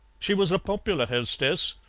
she was a popular hostess,